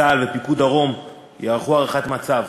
צה"ל ופיקוד דרום יערכו הערכת מצב